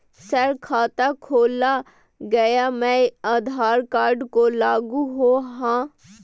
Sir खाता खोला गया मैं आधार कार्ड को लागू है हां?